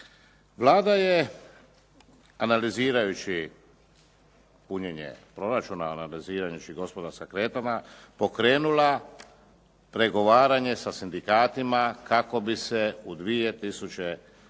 Vlada je analizirajući punjenje proračuna, analizirajući gospodarska kretanja pokrenula pregovaranje sa sindikatima kako bi se u 2009.